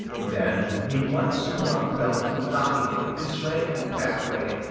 then he once more fell to knocking it this way and that way,